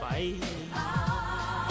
Bye